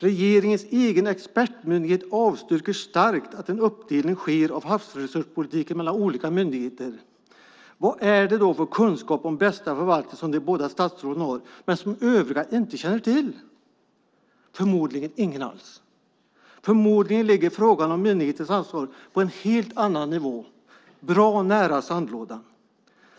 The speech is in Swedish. Regeringens egen expertmyndighet avstyrker starkt att en uppdelning sker av havsresurspolitiken mellan olika myndigheter. Vad är det då för kunskap om bästa förvaltning som de båda statsråden har men som vi övriga inte känner till? Förmodligen ingen alls. Förmodligen ligger frågan om myndighetens ansvar på en helt annan nivå - bra nära sandlådan.